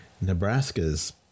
Nebraska's